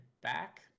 back